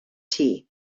tea